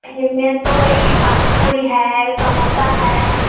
famous तो वही पानीपूरी है समोसा है